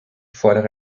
fordere